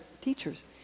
teachers